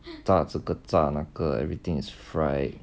炸这个炸那个 everything's fried